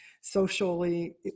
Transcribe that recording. socially